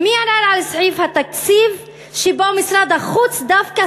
מי ערער על סעיף התקציב שבו משרד החוץ דווקא